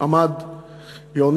יוני עמד.